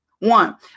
One